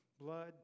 blood